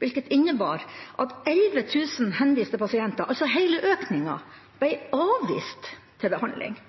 hvilket innebar at 11 000 henviste pasienter, altså hele økningen, ble avvist fra behandling.